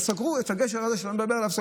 אז סגרו את הגשר הזה שאתה מדבר עליו.